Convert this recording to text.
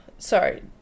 sorry